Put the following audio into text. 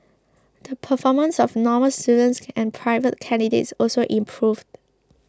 the performance of Normal students and private candidates also improved